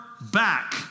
back